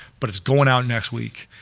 but it's going out next week.